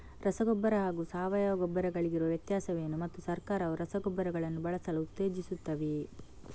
ರಸಗೊಬ್ಬರ ಹಾಗೂ ಸಾವಯವ ಗೊಬ್ಬರ ಗಳಿಗಿರುವ ವ್ಯತ್ಯಾಸವೇನು ಮತ್ತು ಸರ್ಕಾರವು ರಸಗೊಬ್ಬರಗಳನ್ನು ಬಳಸಲು ಉತ್ತೇಜಿಸುತ್ತೆವೆಯೇ?